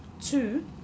two